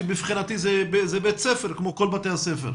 שמבחינתי זה בית ספר כמו כל בתי הספר,